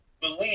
believe